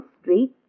Street